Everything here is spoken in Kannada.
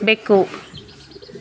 ಬೆಕ್ಕು